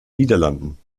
niederlanden